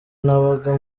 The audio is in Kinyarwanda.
nabaga